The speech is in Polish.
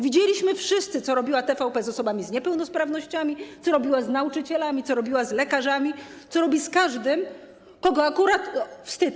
Widzieliśmy wszyscy, co robiła TVP z osobami z niepełnosprawnościami, co robiła z nauczycielami, co robiła z lekarzami, co robi z każdym, kogo akurat... ...wstyd, wstyd.